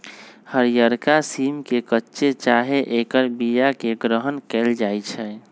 हरियरका सिम के कच्चे चाहे ऐकर बियाके ग्रहण कएल जाइ छइ